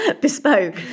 bespoke